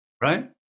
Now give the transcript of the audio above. right